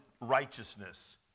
righteousness